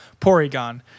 Porygon